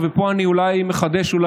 הן נמצאות אצלם,